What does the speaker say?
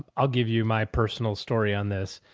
ah i'll give you my personal story on this.